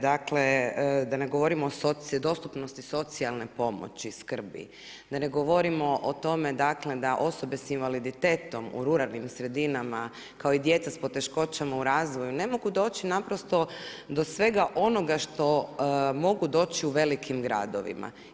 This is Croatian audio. Dakle, da ne govorimo o dostupnosti socijalne pomoći, skrbi, da ne govorimo o tome dakle da osobe sa invaliditetom u ruralnim sredinama kao i djeca sa poteškoćama u razvoju ne mogu doći naprosto do svega onoga što mogu doći u velikim gradovima.